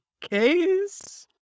case